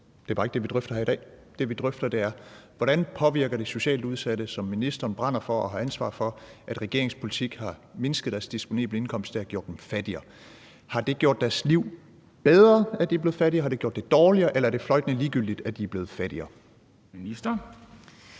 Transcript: er bare ikke det, vi drøfter her i dag. Det, vi drøfter, er, hvordan det påvirker socialt udsatte, som ministeren brænder for og har ansvar for, at regeringens politik har mindsket deres disponible indkomst og har gjort dem fattigere. Har det gjort deres liv bedre, at de er blevet fattigere, har det gjort det dårligere, eller er det fløjtende ligegyldigt, at de er blevet fattigere? Kl.